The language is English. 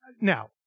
now